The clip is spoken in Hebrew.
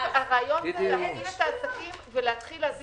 הרעיון הוא להגדיל את העסקים ולהתחיל להזיז את המשק.